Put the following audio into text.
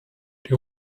die